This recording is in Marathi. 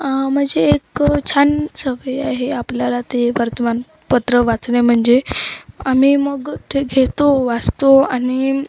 म्हणजे एक छान सवय आहे आपल्याला ते वर्तमानपत्र वाचणे म्हणजे आम्ही मग ते घेतो वाचतो आणि